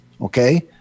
Okay